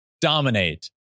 dominate